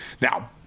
Now